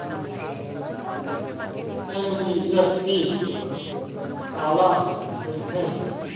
NBFC काला कहिथे?